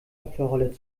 opferrolle